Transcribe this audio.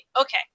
okay